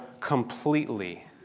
completely